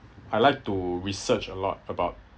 I like to research a lot about